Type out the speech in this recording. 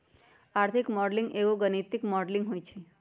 आर्थिक मॉडलिंग एगो गणितीक मॉडलिंग होइ छइ